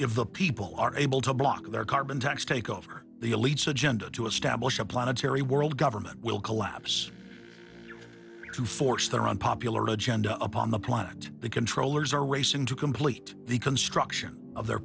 if the people who are able to block their carbon tax take over the elites agenda to establish a planetary world government will collapse to force their unpopular agenda upon the planet the controllers are racing to complete the construction of their